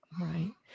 Right